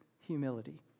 humility